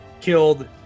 killed